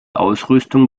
ausrüstung